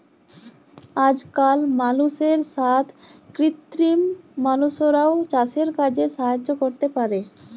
আজকাল মালুষের সাথ কৃত্রিম মালুষরাও চাসের কাজে সাহায্য ক্যরতে পারে